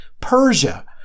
Persia